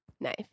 Knife